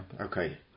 Okay